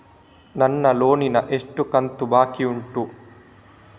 ನನ್ನ ಲೋನಿನ ಎಷ್ಟು ಕಂತು ಬಾಕಿ ಉಂಟು?